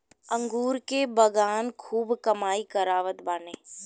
अंगूर के बगान खूब कमाई करावत बाने